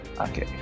Okay